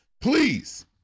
Please